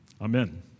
Amen